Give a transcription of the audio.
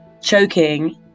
choking